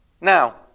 Now